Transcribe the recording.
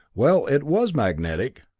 well it was magnetic,